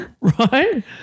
Right